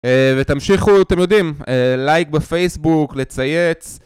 ותמשיכו, אתם יודעים, לייק בפייסבוק, לצייץ